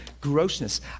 grossness